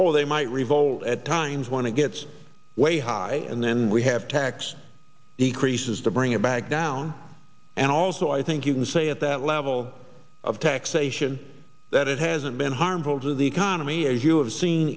or they might revolt at times when it gets way high and then we have tax decreases to bring a bag down and also i think you can say at that level of taxation that it hasn't been harmful to the economy as you have seen